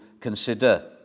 consider